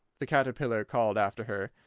the caterpillar called after her.